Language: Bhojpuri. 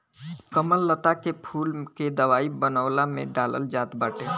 कमललता के फूल के दवाई बनवला में डालल जात बाटे